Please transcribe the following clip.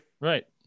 Right